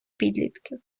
підлітків